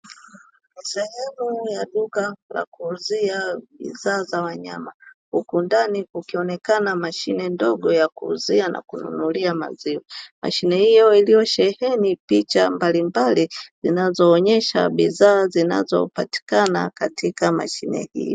Ni sehemu ya duka la kuuzia bidhaa za wanyama, huku ndani kukionekana mashine ndogo ya kuuzia na kununulia maziwa. Mashine hiyo iliyosheheni picha mbalimbali zinazoonesha bidhaa zinazopatikana katika mashine hiyo.